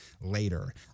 later